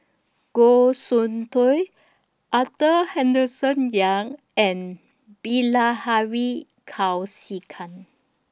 Goh Soon Tioe Arthur Henderson Young and Bilahari Kausikan